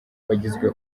wagizwe